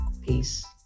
Peace